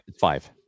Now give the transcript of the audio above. five